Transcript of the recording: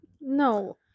No